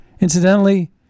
Incidentally